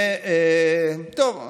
טוב,